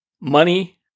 money